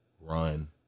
run